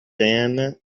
dan